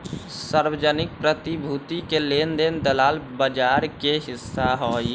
सार्वजनिक प्रतिभूति के लेन देन दलाल बजार के हिस्सा हई